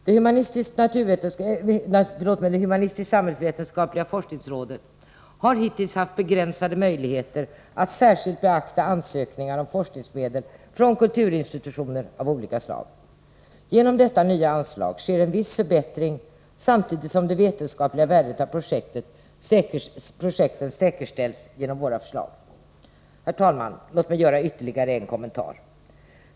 Det humanistisk-samhällsvetenskapliga forskningsrådet har hittills haft begränsade möjligheter att särskilt beakta ansökningar om forskningsmedel från kulturinstitutioner av olika slag. Genom detta nya anslag sker en viss förbättring, samtidigt som det vetenskapliga värdet av projekten säkerställs genom vårt förslag. Herr talman! Låt mig göra ytterligare en kommentar.